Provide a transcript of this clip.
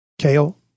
Kale